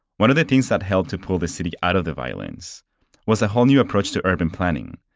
one of the things that helped to pull the city out of the violence was a whole new approach to urban planning,